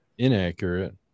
Inaccurate